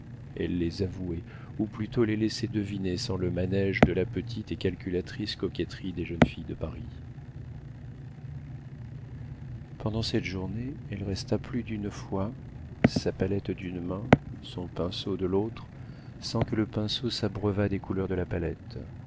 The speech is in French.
elle les avouait ou plutôt les laissait deviner sans le manége de la petite et calculatrice coquetterie des jeunes filles de paris pendant cette journée elle resta plus d'une fois sa palette d'une main son pinceau de l'autre sans que le pinceau s'abreuvât des couleurs de la palette